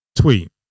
Tweet